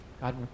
God